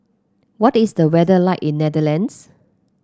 what is the weather like in Netherlands